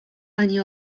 ani